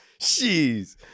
Jeez